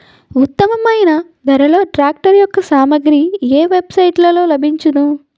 ఉత్తమమైన ధరలో ట్రాక్టర్ యెక్క సామాగ్రి ఏ వెబ్ సైట్ లో లభించును?